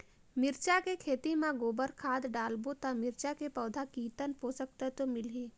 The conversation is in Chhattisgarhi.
मिरचा के खेती मां गोबर खाद डालबो ता मिरचा के पौधा कितन पोषक तत्व मिलही?